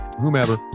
whomever